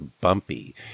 bumpy